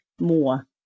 more